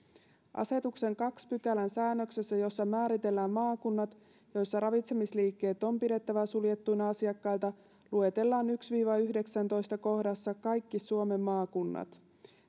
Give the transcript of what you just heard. asetuksen toisen pykälän säännöksessä jossa määritellään maakunnat joissa ravitsemisliikkeet on pidettävä suljettuina asiakkailta luetellaan kohdissa yksi viiva yhdeksäntoista kaikki suomen maakunnat